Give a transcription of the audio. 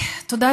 תודה,